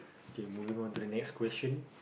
K moving on to the next question